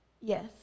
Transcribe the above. Yes